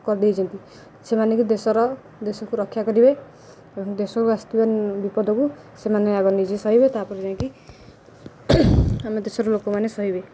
କରିଦେଇଛନ୍ତି ସେମାନେ କି ଦେଶର ଦେଶକୁ ରକ୍ଷା କରିବେ ଏବଂ ଦେଶକୁ ଆସିଥିବା ବିପଦକୁ ସେମାନେ ଆଗ ନିଜେ ସହିବେ ତା'ପରେ ଯାଇକି ଆମ ଦେଶର ଲୋକମାନେ ସହିବେ